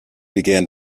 began